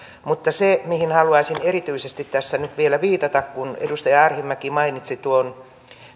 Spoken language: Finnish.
mutta se mihin haluaisin erityisesti tässä nyt vielä viitata kun edustaja arhinmäki mainitsi tuon